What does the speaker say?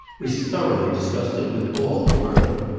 was thoroughly disgusted with all the world.